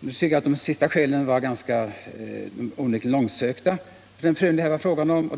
Jag tycker de sist angivna skälen var ganska långsökta för den prövning det här var fråga om.